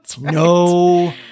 No